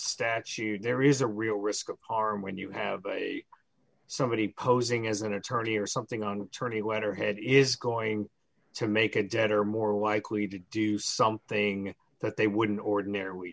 statute there is a real risk of harm when you have somebody posing as an attorney or something on tourney letterhead is going to make a debtor more likely to do something that they wouldn't ordinarily